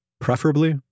preferably